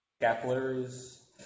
capillaries